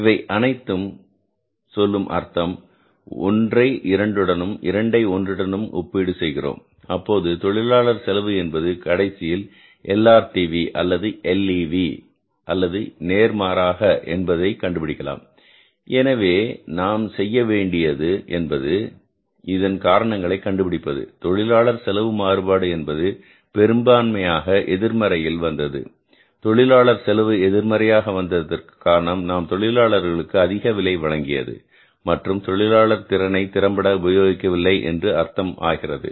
இவை அனைத்தும் சொல்லும் அர்த்தம் ஒன்றை இரண்டுடனும் இரண்டை ஒன்றுடனும் ஒப்பீடு செய்கிறோம் அப்போது தொழிலாளர் செலவு என்பது கடைசியில் LRTV அல்லது LEV அல்லது நேர்மாறாக என்பதை கண்டுபிடிக்கலாம் எனவே நாம் செய்ய வேண்டியது என்பது இதன் காரணங்களை கண்டுபிடிப்பது தொழிலாளர் செலவு மாறுபாடு என்பது பெரும்பான்மையாக எதிர்மறையில் வந்தது தொழிலாளர் செலவு எதிர்மறையாக வந்ததற்கு காரணம் நாம் தொழிலாளர்களுக்கு அதிக விலை வழங்கியது மற்றும் தொழிலாளர் திறனை திறம்பட உபயோகிக்கவில்லை என்று அர்த்தம் ஆகிறது